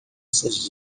essas